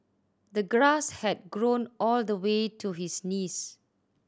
the grass had grown all the way to his knees